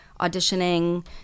auditioning